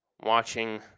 watching